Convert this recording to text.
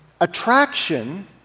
attraction